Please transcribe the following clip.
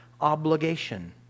obligation